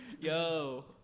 Yo